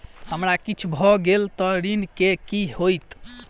हमरा किछ भऽ गेल तऽ ऋण केँ की होइत?